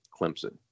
Clemson